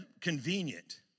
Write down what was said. convenient